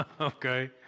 Okay